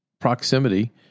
proximity